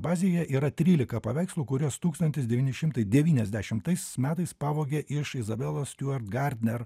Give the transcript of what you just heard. bazėje yra trylika paveikslų kuriuos tūkstantis devyni šimtai devyniasdešimtais metais pavogė iš izabelės stiuart garner